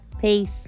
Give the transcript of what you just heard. Peace